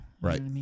Right